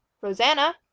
Rosanna